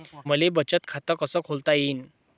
मले बचत खाते कसं खोलता येईन?